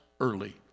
Early